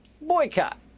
boycott